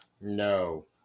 No